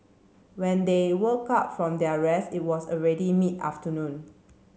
when they woke up from their rest it was already mid afternoon